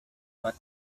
but